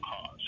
cause